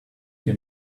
you